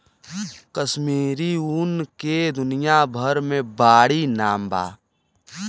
कश्मीरी ऊन के दुनिया भर मे बाड़ी नाम बा